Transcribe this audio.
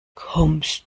kommst